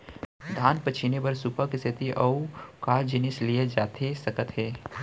धान पछिने बर सुपा के सेती अऊ का जिनिस लिए जाथे सकत हे?